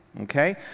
okay